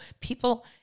people